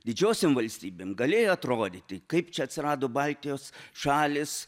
didžiosiom valstybėm galėjo atrodyti kaip čia atsirado baltijos šalys